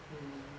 mm